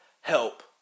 help